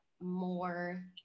more